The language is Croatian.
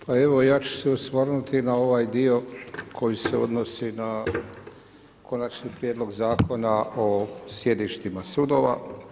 Pa evo ja ću se osvrnuti na ovaj dio koji se odnosi na Konačni prijedlog zakona o sjedištima sudova.